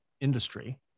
industry